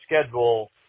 schedule